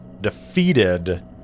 defeated